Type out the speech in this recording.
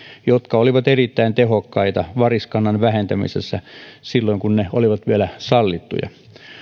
jotka olivat erittäin tehokkaita variskannan vähentämisessä silloin kun ne olivat vielä sallittuja